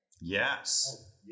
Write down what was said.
Yes